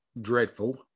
dreadful